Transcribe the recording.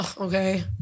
okay